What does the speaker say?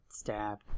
stab